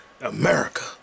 America